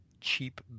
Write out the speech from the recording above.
cheap